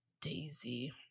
Daisy